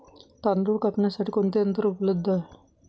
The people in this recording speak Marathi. तांदूळ कापण्यासाठी कोणते यंत्र उपलब्ध आहे?